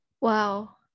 Wow